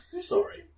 Sorry